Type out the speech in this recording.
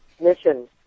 mission